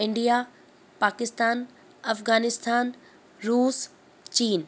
India Pakistan Afghanistan Russia China